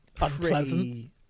unpleasant